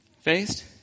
faced